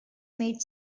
made